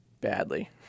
badly